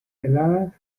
heladas